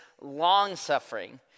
long-suffering